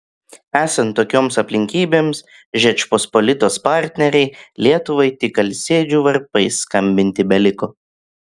esant tokioms aplinkybėms žečpospolitos partnerei lietuvai tik alsėdžių varpais skambinti beliko